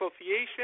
Association